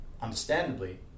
understandably